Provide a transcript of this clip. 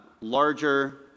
larger